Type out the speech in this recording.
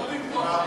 לא במקום,